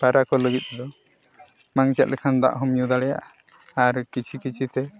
ᱯᱟᱭᱨᱟᱜ ᱠᱚ ᱞᱟᱹᱜᱤᱫ ᱫᱚ ᱵᱟᱝ ᱪᱮᱫ ᱞᱮᱠᱷᱟᱱ ᱫᱚ ᱫᱟᱜ ᱦᱚᱢ ᱧᱩ ᱫᱟᱲᱮᱭᱟᱜᱼᱟ ᱟᱨ ᱠᱤᱪᱷᱩ ᱠᱤᱪᱷᱩᱛᱮ